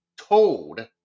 told